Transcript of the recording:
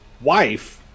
Wife